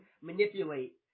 manipulate